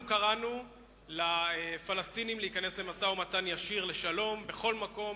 קראנו לפלסטינים להיכנס למשא-ומתן ישיר לשלום בכל מקום